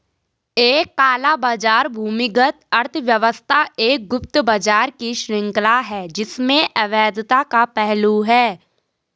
एक काला बाजार भूमिगत अर्थव्यवस्था एक गुप्त बाजार की श्रृंखला है जिसमें अवैधता का पहलू है